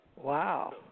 Wow